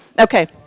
okay